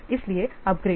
इसलिए अपग्रेड